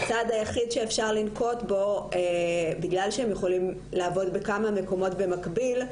הצעד היחיד שאפשר לנקוט בו בגלל שהם יכולים לעבוד בכמה מקומות במקביל,